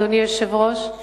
אדוני היושב-ראש,